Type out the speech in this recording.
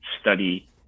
study